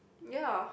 ya